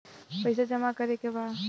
पैसा जमा करे के बा?